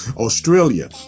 Australia